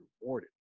rewarded